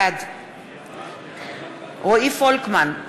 בעד רועי פולקמן,